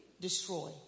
destroy